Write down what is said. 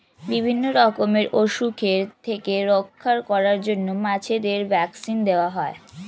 বিভিন্ন রকমের অসুখের থেকে রক্ষা করার জন্য মাছেদের ভ্যাক্সিন দেওয়া হয়